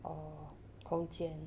or 空间